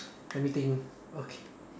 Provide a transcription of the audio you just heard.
let me think okay